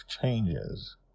changes